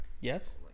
Yes